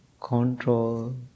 Control